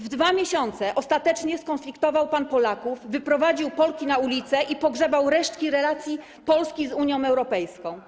W 2 miesiące ostatecznie skonfliktował pan Polaków, wyprowadził Polki na ulicę i pogrzebał resztki relacji Polski z Unią Europejską.